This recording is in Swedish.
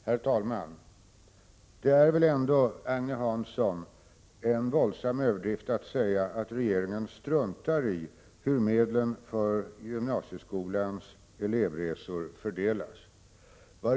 Herr talman! Det är väl en våldsam överdrift, Agne Hansson, att säga att regeringen struntar i hur medlen för gymnasieskolans elevresor fördelas.